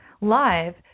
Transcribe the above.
live